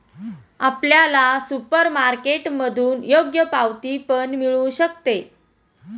आपल्याला सुपरमार्केटमधून योग्य पावती पण मिळू शकते